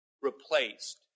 replaced